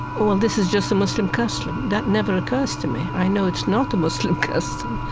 well, this is just a muslim custom that never occurs to me. i know it's not a muslim custom,